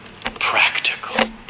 practical